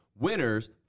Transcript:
Winners